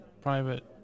private